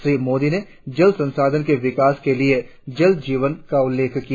श्री मोदी ने जल संसाधनो के विकास के लिए जल जीवन का भी उल्लेख किया